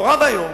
נורא ואיום,